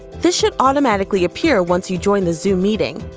this should automatically appear once you join the zoom meeting.